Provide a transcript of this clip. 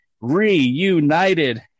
reunited